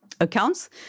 accounts